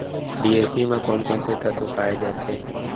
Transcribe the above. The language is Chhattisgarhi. डी.ए.पी म कोन कोन से तत्व पाए जाथे?